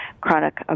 chronic